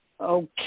okay